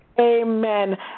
Amen